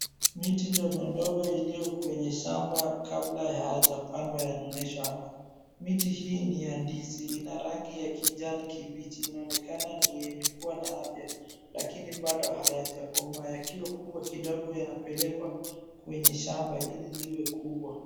Miti ndogo ndogo iliyo kwenye shamba kabla haijapandwa yanaonyeshwa hapa. Miti hii ni ya ndizi. Ina rangi ya kijani kibichi. Inaonekana ni yenye kuwa na afya, lakini bado hayajakomaa. Yakiwa kubwa kidogo yanapelekwa kwenye shamba ili liwe kubwa.